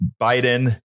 Biden